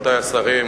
רבותי השרים,